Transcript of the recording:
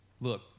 look